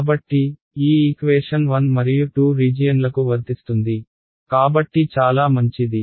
కాబట్టి ఈ ఈక్వేషన్ 1 మరియు 2 రీజియన్లకు వర్తిస్తుంది కాబట్టి చాలా మంచిది